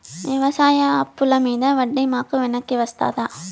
వ్యవసాయ అప్పుల మీద వడ్డీ మాకు వెనక్కి వస్తదా?